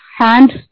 hand